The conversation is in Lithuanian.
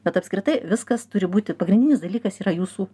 bet apskritai viskas turi būti pagrindinis dalykas yra jūsų